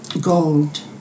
gold